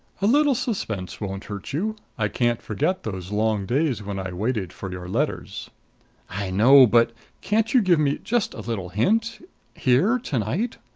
a little suspense won't hurt you. i can't forget those long days when i waited for your letters i know! but can't you give me just a little hint here to-night?